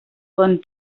bon